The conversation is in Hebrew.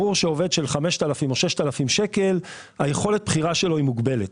ברור שעובד של 5,000 או 6,000 שקלים יכולת הבחירה שלו היא מוגבלת.